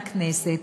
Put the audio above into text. לכנסת,